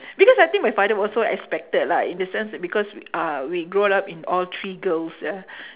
because I think my father also expected lah in the sense that because uh we grow up in all three girls ya